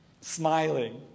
smiling